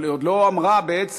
אבל היא עוד לא אמרה בעצם,